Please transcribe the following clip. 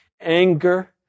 anger